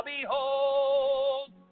behold